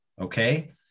okay